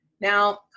Now